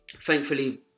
Thankfully